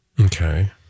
Okay